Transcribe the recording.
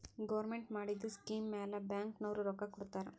government ಮಾಡಿದು scheme ಮ್ಯಾಲ bank ನವ್ರು ರೊಕ್ಕಾ ಕೊಡ್ತಾರ್